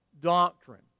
doctrine